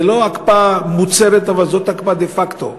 זאת לא הקפאה מוצהרת אבל זאת הקפאה דה-פקטו.